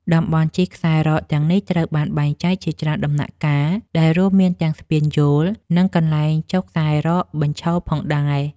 តំបន់ជិះខ្សែរ៉កទាំងនេះត្រូវបានបែងចែកជាច្រើនដំណាក់កាល ដែលរួមមានទាំងស្ពានយោល និងកន្លែងចុះខ្សែរ៉កបញ្ឈរផងដែរ។